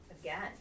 again